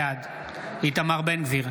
בעד איתמר בן גביר,